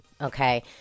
okay